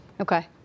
Okay